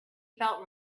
felt